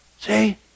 See